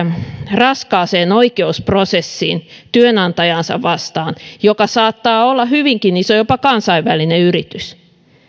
raskaaseen oikeusprosessiin työnantajaansa vastaan joka saattaa olla hyvinkin iso jopa kansainvälinen yritys